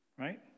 Right